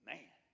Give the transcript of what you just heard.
Man